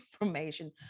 information